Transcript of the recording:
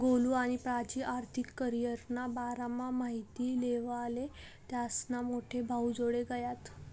गोलु आणि प्राची आर्थिक करीयरना बारामा माहिती लेवाले त्यास्ना मोठा भाऊजोडे गयात